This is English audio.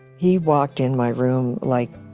he walked in my room like